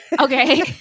Okay